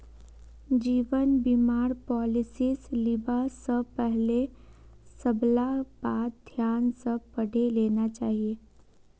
जीवन बीमार पॉलिसीस लिबा स पहले सबला बात ध्यान स पढ़े लेना चाहिए